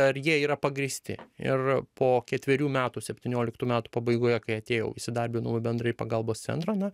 ar jie yra pagrįsti ir po ketverių metų septynioliktų metų pabaigoje kai atėjau įsidarbinau į bendrąjį pagalbos centrą na